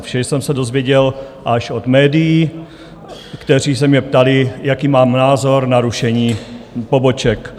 Vše jsem se dověděl až od médií, která se mě ptala, jaký mám názor na rušení poboček.